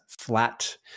flat